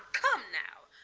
come, now!